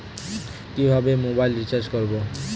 কিভাবে mobile recharge করব?